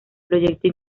proyecto